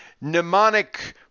Mnemonic